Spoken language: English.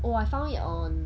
oh I found it on